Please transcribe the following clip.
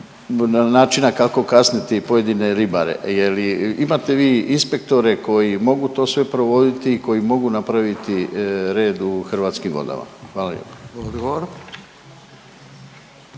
načina kako kazniti pojedine ribare jer imate vi inspektore koji mogu to sve provoditi, koji mogu napraviti red u hrvatskim vodama? Hvala